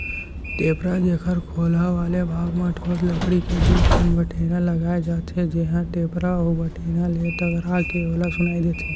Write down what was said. टेपरा, जेखर खोलहा वाले भाग म ठोस लकड़ी के दू ठन बठेना लगाय जाथे, जेहा टेपरा अउ बठेना ले टकरा के आरो सुनई देथे